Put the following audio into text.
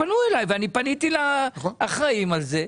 פנו אלי ופניתי לאחראים על זה.